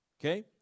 Okay